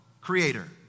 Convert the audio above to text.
creator